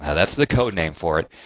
ah that's the code name for it.